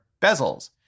bezels